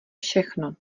všechno